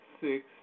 six